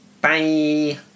Bye